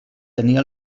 tenia